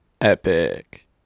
Epic